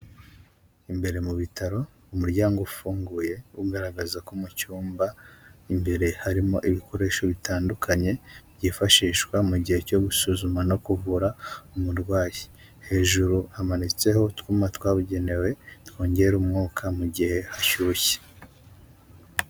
Imbere mu bitaro umuryango ufunguye ugaragaza ko mu cyumba imbere harimo ibikoresho bitandukanye, byifashishwa mu gihe cyo gusuzuma no kuvura umurwayi, hejuru hamanitseho utwuma twabugenewe twongera umwuka mu gihe hashyushye.